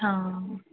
ਹਾਂ